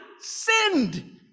sinned